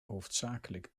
hoofdzakelijk